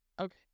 okay